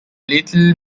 little